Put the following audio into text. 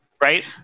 right